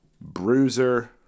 Bruiser